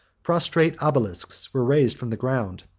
prostrate obelisks were raised from the ground,